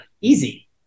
easy